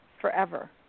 forever